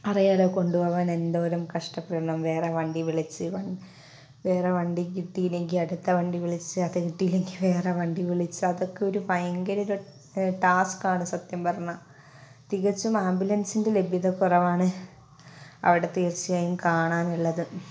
അറിയാതെ കൊണ്ടു പോവാൻ എന്തോ കഷ്ടപ്പെടണം വേറെ വണ്ടി വിളിച്ച് വേറെ വണ്ടി കിട്ടിയില്ലെങ്കിൽ അടുത്ത വണ്ടി വിളിച്ചു അത് കിട്ടിയില്ലെങ്കിൽ വേറെ വണ്ടി വിളിച്ചു അതൊക്കെ ഒരു ഭയങ്കരം ഒരു ടാസ്ക്ക് ആണ് സത്യം പറഞ്ഞാൽ തികച്ചും ആംബുലൻസിൻ്റെ ലഭ്യത കുറവാണ് അവിടെ തീർച്ചയായും കാണാനുള്ളത് രം